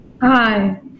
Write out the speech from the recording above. Hi